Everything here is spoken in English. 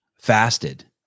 fasted